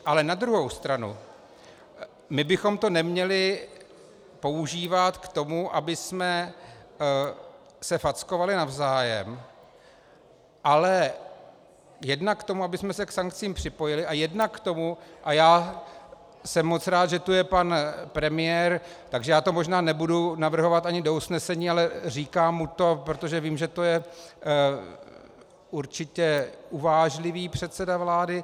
Ale na druhou stranu bychom to neměli používat k tomu, abychom se fackovali navzájem, ale jednak k tomu, abychom se k sankcím připojili, a jednak k tomu a já jsem moc rád, že tu je pan premiér, takže já to možná nebudu navrhovat ani do usnesení, ale říkám mu to, protože vím, že to je určitě uvážlivý předseda vlády.